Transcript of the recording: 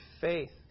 faith